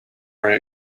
very